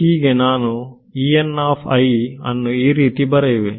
ಹೀಗೆ ನಾನು ಅನ್ನು ಈ ರೀತಿ ಬರೆಯುವೆ